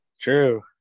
True